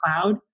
cloud